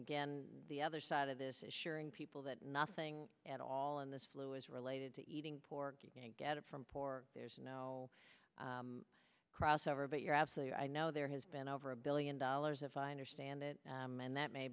again the other side of this is sharing people that nothing at all in this flu is related to eating pork you can't get it from for there's no crossover but you're absolutely right i know there has been over a billion dollars if i understand it and that may